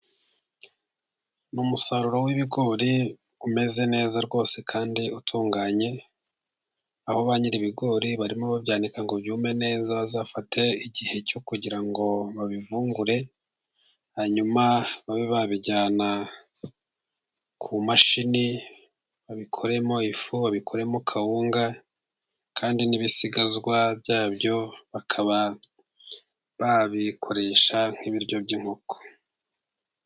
Ni umusaruro w'ibigori umeze neza rwose， kandi utunganye， aho ba nyir'ibigori， barimo babyanika ngo byumye neza， bazafate igihe cyo kugira ngo babivungure， hanyuma babe babijyana ku mashini babikoremo ifu，babikoremo kawunga， kandi n'ibisigazwa byabyo bakaba babikoresha nk'ibiryo by'inkoko.